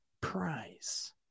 prize